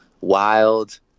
wild